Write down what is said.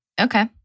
Okay